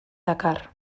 dakar